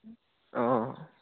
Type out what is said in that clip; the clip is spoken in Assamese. অঁ